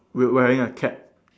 wear~ wearing a cap